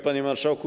Panie Marszałku!